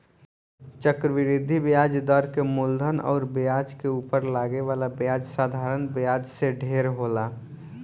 चक्रवृद्धि ब्याज दर के मूलधन अउर ब्याज के उपर लागे वाला ब्याज साधारण ब्याज से ढेर होला